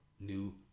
new